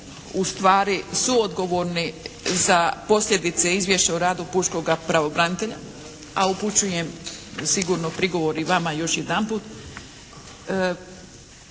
ustvari suodgovorni za posljedice Izvješća o radu pučkoga pravobranitelja a upućujem sigurno prigovor i vama još jedanput.